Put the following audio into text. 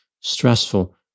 stressful